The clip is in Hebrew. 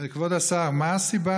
כבוד השר, מה הסיבה